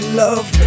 love